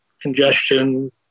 congestion